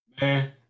Man